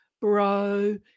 bro